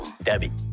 Debbie